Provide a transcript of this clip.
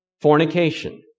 fornication